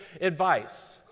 advice